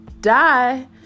die